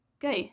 Go